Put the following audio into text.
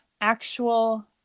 actual